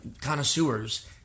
connoisseurs